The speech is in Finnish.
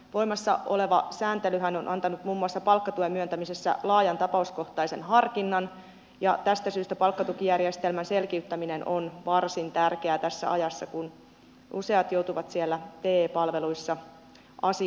voimassa oleva sääntelyhän on antanut muun muassa palkkatuen myöntämisessä laajan tapauskohtaisen harkinnan ja tästä syystä palkkatukijärjestelmän selkiyttäminen on varsin tärkeää tässä ajassa kun useat joutuvat siellä te palveluissa asioimaan